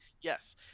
Yes